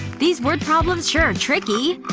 these word problems sure are tricky.